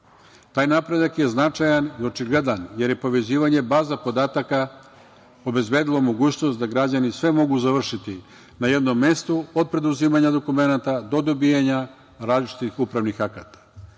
Taj napredak je značajan i očigledan, jer je povezivanje baza podataka obezbedilo mogućnost da građani sve mogu završiti na jednom mestu, od preuzimanja dokumenata, do dobijanja različitih upravnih akata. Veoma